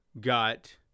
got